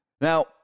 Now